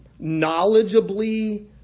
knowledgeably